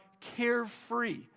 carefree